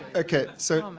ah okay, so, um